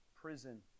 prison